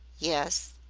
yes.